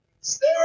Stay